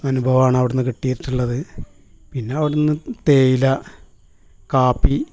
അനുഭവമാണ് അവിടുന്ന് കിട്ടിയിട്ടുള്ളത് പിന്നെ അവിടുന്ന് തേയില കാപ്പി